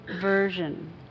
version